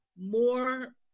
more